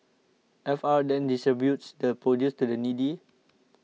F R then distributes the produce to the needy